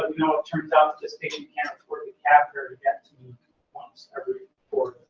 but no, it turns out that this patient can't afford the cab fare to get to me once every four